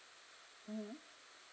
mmhmm